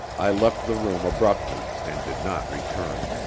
i left the room abruptly, and did not return.